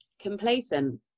complacent